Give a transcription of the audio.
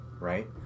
right